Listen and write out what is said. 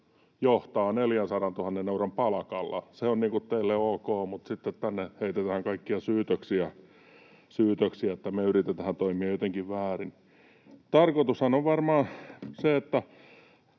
johtaa 400 000 euron palkalla. Se on teille niin kuin ok, mutta sitten tänne heitetään kaikkia syytöksiä, että me yritetään toimia jotenkin väärin. Tarkoitushan on varmaan se,